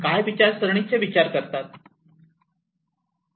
काय विचारसरणीचे विचार करतात